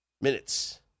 minutes